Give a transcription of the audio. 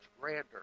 grander